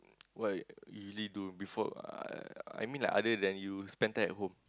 what you usually do before uh I mean like other than you spend time at home